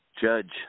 judge